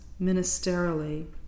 ministerially